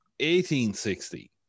1860